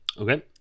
Okay